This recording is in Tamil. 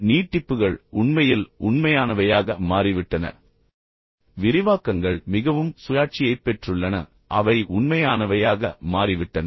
நீட்டிப்புகள் உண்மையில் உண்மையானவையாக மாறிவிட்டன விரிவாக்கங்கள் மிகவும் சுயாட்சியைப் பெற்றுள்ளன அவை உண்மையானவையாக மாறிவிட்டன